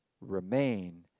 remain